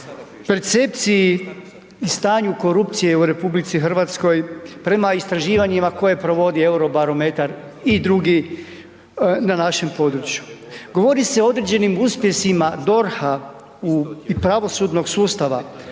percepciji i stanju korupcije u RH prema istraživanjima koje provodi Eurobarometar i drugi na našem području. Govori se o određenim uspjesima DORH-a i pravosudnog sustava,